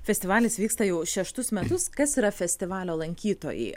festivalis vyksta jau šeštus metus kas yra festivalio lankytojai